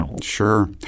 Sure